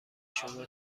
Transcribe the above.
شما